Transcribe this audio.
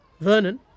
Vernon